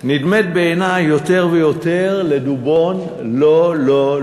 נדמית בעיני יותר ויותר ל"דובון לא, לא,